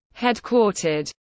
headquartered